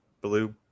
Blue